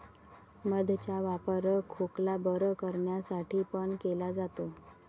मध चा वापर खोकला बरं करण्यासाठी पण केला जातो